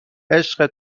عشق